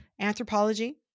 Anthropology